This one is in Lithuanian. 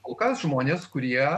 kol kas žmonės kurie